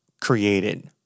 created